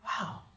Wow